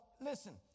listen